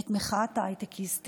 את מחאת ההייטקיסטים.